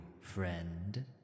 friend